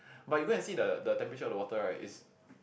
but you go and see the temperature of the water right is